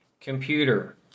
Computer